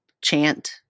chant